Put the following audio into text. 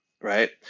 right